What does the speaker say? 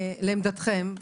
מצטרפת לעמדתכם.